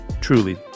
truly